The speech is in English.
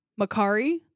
Makari